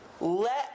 Let